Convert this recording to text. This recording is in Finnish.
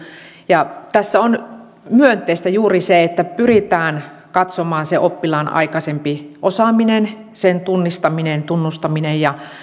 ja tässä on myönteistä juuri se että pyritään katsomaan se oppilaan aikaisempi osaaminen sen tunnistaminen tunnustaminen ja